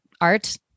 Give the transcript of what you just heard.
art